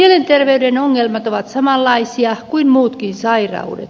mielenter veyden ongelmat ovat samanlaisia kuin muutkin sairaudet